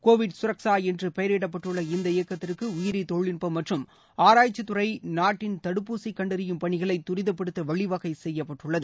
Covid கரக்ஷா என்று பெயரிடப்பட்டுள்ள இந்த இயக்கத்திற்கு உயிரி தொழில்நுட்பம் மற்றும் ஆராய்ச்சி துறை நாட்டின் தடுப்பூசி கண்டறியும் பணிகளை துரிதப்படுத்த வழிவகை செய்யப்பட்டுள்ளது